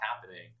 happening